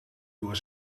door